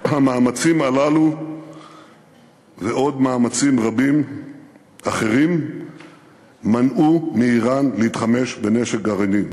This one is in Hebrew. המאמצים הללו ועוד מאמצים רבים אחרים מנעו מאיראן להתחמש בנשק גרעיני.